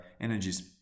energies